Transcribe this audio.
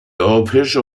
europäische